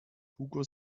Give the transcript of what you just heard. hugo